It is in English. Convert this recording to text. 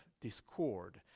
discord